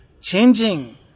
changing